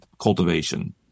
cultivation